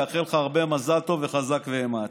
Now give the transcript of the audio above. לאחל לך הרבה מזל טוב וחזק ואמץ.